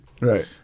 Right